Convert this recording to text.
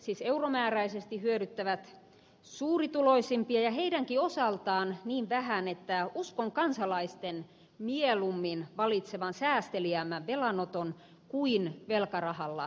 siis veronkevennykset euromääräisesti hyödyttävät suurituloisimpia ja heidänkin osaltaan niin vähän että uskon kansalaisten mieluummin valitsevan säästeliäämmän velanoton kuin velkarahalla veronkevennykset